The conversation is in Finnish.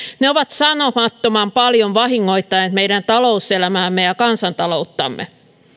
ne ovat sanomattoman paljon vahingoittaneet meidän talouselämäämme ja kansantalouttamme